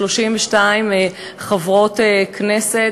32 חברות כנסת,